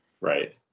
Right